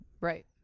Right